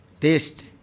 taste